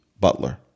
butler